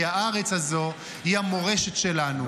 כי הארץ הזאת היא המורשת שלנו,